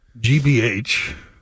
GBH